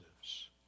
lives